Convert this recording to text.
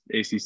ACC